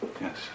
Yes